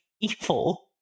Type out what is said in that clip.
evil